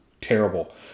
terrible